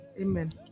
Amen